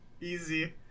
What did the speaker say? Easy